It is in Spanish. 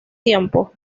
tiempo